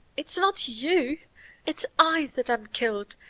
it's not you it's i that am killed,